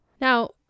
Now